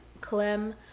Clem